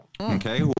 Okay